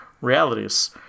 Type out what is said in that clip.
realities